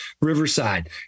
Riverside